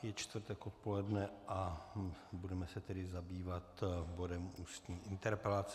Je čtvrtek odpoledne, budeme se tedy zabývat bodem ústní interpelace.